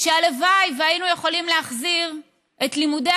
שהלוואי שהיינו יכולים להחזיר את לימודי